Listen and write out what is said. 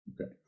Okay